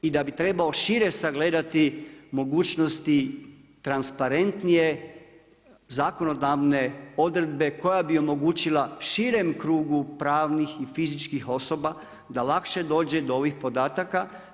I da bi trebao šire sagledati mogućnosti transparentnije zakonodavne odredbe koja bi omogućila širem krugu pravnih i fizičkih osoba da lakše dođe do ovih podataka.